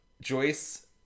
Joyce